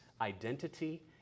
identity